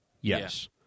Yes